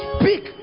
speak